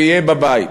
ויהיה בבית.